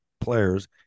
players